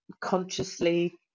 consciously